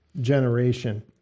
generation